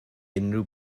unrhyw